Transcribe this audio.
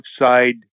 outside